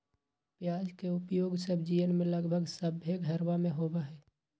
प्याज के उपयोग सब्जीयन में लगभग सभ्भे घरवा में होबा हई